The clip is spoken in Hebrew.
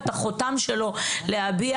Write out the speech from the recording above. את החותם שלו להביע